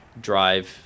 drive